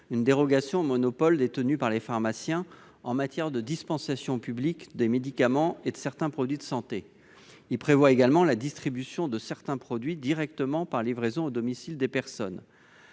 une dérogation au monopole détenu par les pharmaciens en matière de dispensation publique des médicaments et de certains produits de santé. Il prévoit également la distribution de certains produits par livraison directe au domicile des personnes.